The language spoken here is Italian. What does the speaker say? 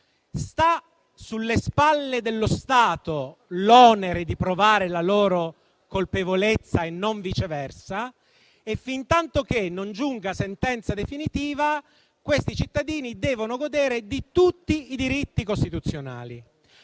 Sta sulle spalle dello Stato l'onere di provare la loro colpevolezza e non viceversa; fintanto che non giunga la sentenza definitiva, questi cittadini devono godere di tutti i diritti costituzionali.